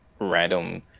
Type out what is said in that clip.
random